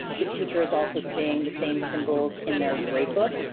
the teacher is also seeing the same symbols in their gradebook.